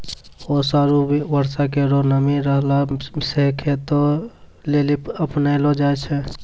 ओस आरु बर्षा केरो नमी रहला सें खेती लेलि अपनैलो जाय छै?